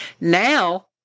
Now